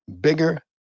Bigger